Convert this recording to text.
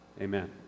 Amen